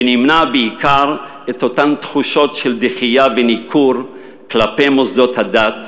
ונמנע בעיקר את אותן תחושות של דחייה וניכור כלפי מוסדות הדת